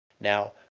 Now